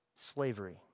slavery